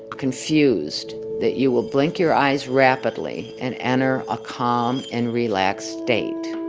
confused that you will blink your eyes rapidly and enter a calm and relaxed state